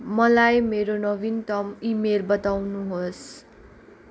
मलाई मेरो नवीनतम इमेल बताउनुहोस्